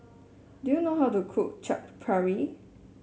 do you know how to cook Chaat Papri